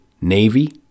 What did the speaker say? Navy